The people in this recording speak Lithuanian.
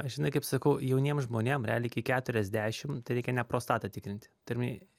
žinai kaip sakau jauniem žmonėm realiai iki keturiasdešimt tai reikia ne prostatą tikrinti turiu omeny